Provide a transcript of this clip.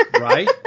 Right